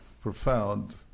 profound